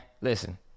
listen